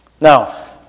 Now